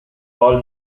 paul